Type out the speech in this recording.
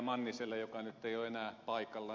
manniselle joka nyt ei ole enää paikalla